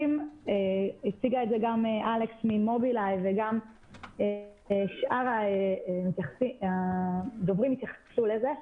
והציגה את זה גם אלכס ממובילאיי וגם שאר הדוברים התייחסו לזה,